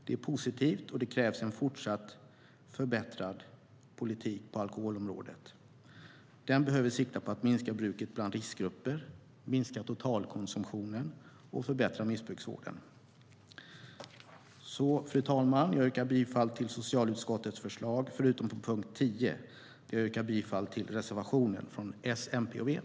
Det är positivt, och det krävs en fortsatt förbättrad politik på alkoholområdet. Den behöver sikta på att minska bruket bland riskgrupper, minska totalkonsumtionen och att förbättra missbrukarvården. Fru talman! Jag yrkar bifall till socialutskottets förslag förutom på punkt 10, där jag yrkar bifall till reservationen från S, MP och V.